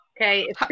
Okay